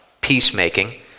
peacemaking